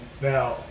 now